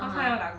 (uh huh)